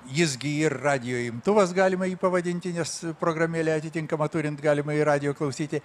jis gi ir radijo imtuvas galima jį pavadinti nes programėlę atitinkamą turint galima ir radijo klausyti